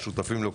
ושותפים לו,